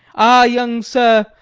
ah, young sir,